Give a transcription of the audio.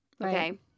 Okay